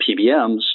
PBMs